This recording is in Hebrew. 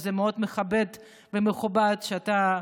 וזה מאוד מכבד ומכובד שאתה,